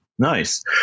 Nice